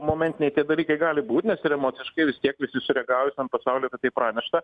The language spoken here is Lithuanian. momentiniai dalykai gali būt nes ir emociškai vis tiek visi sureagavo pasauliui apie tai pranešta